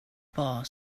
bar